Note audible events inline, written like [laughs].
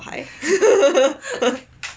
这个死小孩 [laughs]